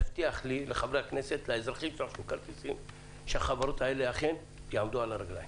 לחברי הכנסת ולאזרחים שרכשו כרטיסים שהחברות האלה אכן יעמדו על הרגליים.